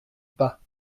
pas